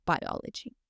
biology